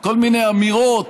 כל מיני אמירות